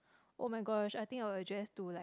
[oh]-my-gosh I think I'll address to like